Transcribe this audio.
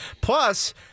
Plus